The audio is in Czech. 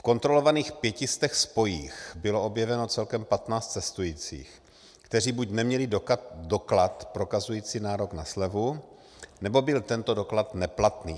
V kontrolovaných pěti stech spojích bylo objeveno celkem 15 cestujících, kteří buď neměli doklad prokazující nárok na slevu, nebo byl tento doklad neplatný.